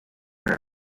hear